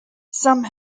some